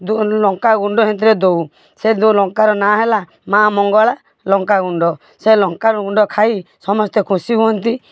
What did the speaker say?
ଯେଉଁ ଲଙ୍କା ଗୁଣ୍ଡ ହେଥିରେ ଦେଉ ସେ ଯେଉଁ ଲଙ୍କାର ନାଁ ହେଲା ମାଆ ମଙ୍ଗଳା ଲଙ୍କା ଗୁଣ୍ଡ ସେଇ ଲଙ୍କା ଗୁଣ୍ଡ ଖାଇ ସମସ୍ତେ ଖୁସି ହୁଅନ୍ତି